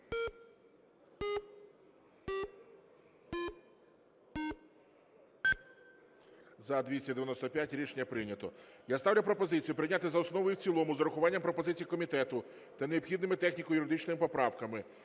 За-295 Рішення прийнято. Я ставлю пропозицію прийняти за основу і в цілому з врахуванням пропозицій комітету та необхідними техніко-юридичними поправками